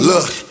Look